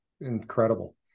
incredible